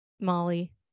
molly